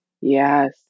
Yes